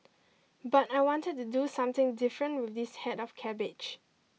but I wanted to do something different with this head of cabbage